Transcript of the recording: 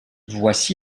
voici